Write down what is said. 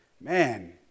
man